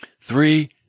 Three